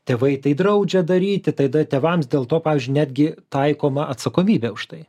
tėvai tai draudžia daryti tada tėvams dėl to pavyzdžiui netgi taikoma atsakomybė už tai